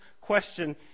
question